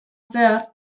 zehar